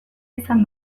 izan